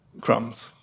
Crumbs